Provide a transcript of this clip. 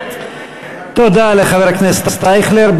תודה לחבר הכנסת אייכלר.